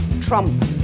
trump